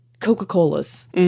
Coca-Colas